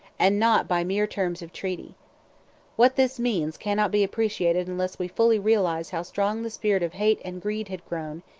and not by mere terms of treaty what this means cannot be appreciated unless we fully realize how strong the spirit of hate and greed had grown,